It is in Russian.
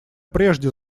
прежде